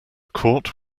court